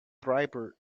driver